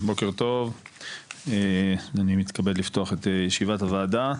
בוקר טוב אני מתכבד לפתוח את ישיבת הוועדה